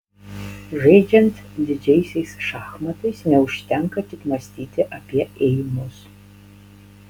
žaidžiant didžiaisiais šachmatais neužtenka tik mąstyti apie ėjimus